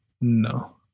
No